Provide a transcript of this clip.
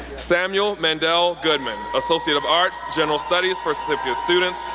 samuel mandell goodman, associate of arts, general studies for certificate students,